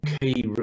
key